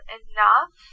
enough